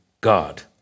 God